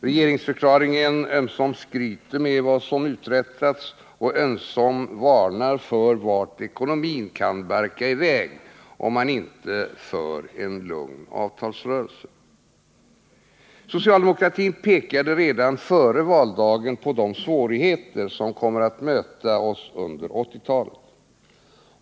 Regeringsförklaringen ömsom skryter med vad som uträttats och ömsom varnar för vart ekonomin kan barka i väg om man inte för en lugn avtalsrörelse. Socialdemokratin pekade redan före valdagen på de svårigheter som kommer att möta oss under 1980-talet.